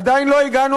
עדיין לא הגענו,